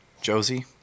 Josie